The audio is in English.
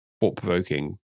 thought-provoking